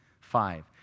Five